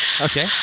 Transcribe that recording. Okay